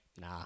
nah